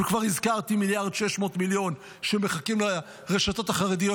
וכבר הזכרתי 1.6 מיליארד שמחכים לרשתות החרדיות,